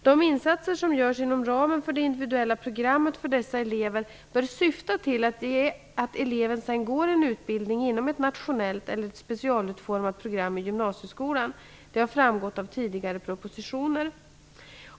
De insatser som görs inom ramen för det individuella programmet för dessa elever bör syfta till att eleven sedan går en utbildning inom ett nationellt eller ett specialutformat program i gymnasieskolan. Detta har framgått av tidigare propositioner.